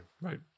Right